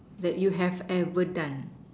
that you have ever done